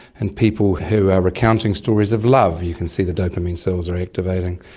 and people who are recounting stories of love you can see the dopamine cells are activating.